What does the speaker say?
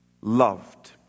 loved